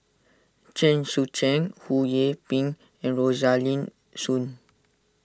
Chen Sucheng Ho Yee Ping and Rosaline Soon